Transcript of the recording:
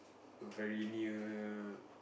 very near